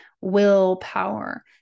willpower